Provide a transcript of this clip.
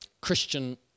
Christian